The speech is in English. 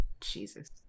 Jesus